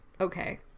okay